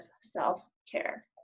self-care